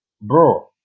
Bro